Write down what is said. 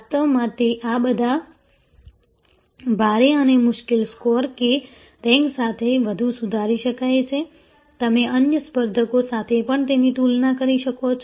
વાસ્તવમાં તે આ બધા ભારે અને મુશ્કેલ સ્કોર કે રેન્ક સાથે વધુ સુધારી શકાય છે તમે અન્ય સ્પર્ધકો સાથે પણ તેની તુલના કરી શકો છો